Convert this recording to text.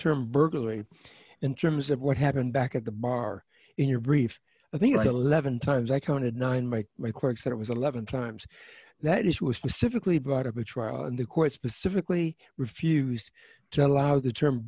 term burglary in terms of what happened back at the bar in your brief i think eleven times i counted nine my records that it was eleven times that it was specifically brought up to trial and the court specifically refused to allow the term